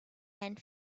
and